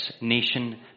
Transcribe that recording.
nation